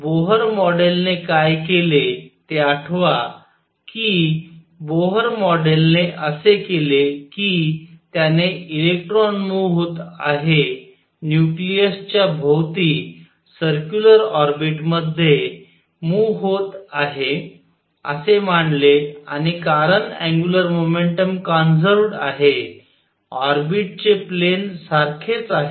तर बोहर मॉडेलने काय केले ते आठवा की बोहर मॉडेलने असे केले कि त्याने इलेक्ट्रॉन मूव्ह होत आहे न्यूक्लिअस च्या भोवती सर्क्युलर ऑर्बिट मध्ये मुव्ह होत आहे असे मानले आणि कारण अँग्युलर मोमेंटम कॉन्सर्व्हड आहे ऑर्बिटचे प्लेन सारखेच आहे